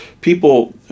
people